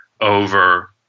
over